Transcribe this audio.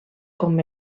com